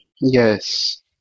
Yes